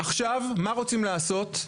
עכשיו מה רוצים לעשות?